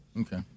Okay